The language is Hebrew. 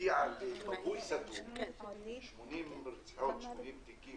הגיעה למבוי סתום עם 80 תיקים על רציחות והצלחנו